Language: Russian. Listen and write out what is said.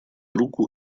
руку